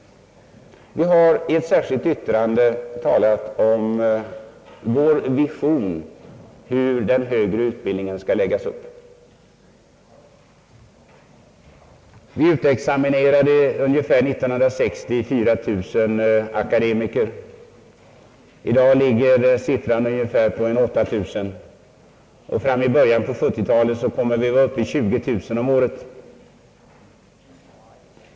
Vi har i ett särskilt yttrande framlagt vår »vision» av hur den högre utbildningen skall kunna läggas upp. År 1960 utexaminerades ungefär 4 000 akademiker. I dag är siffran cirka 8 000. I början av 1970-talet kommer den att vara 20 000.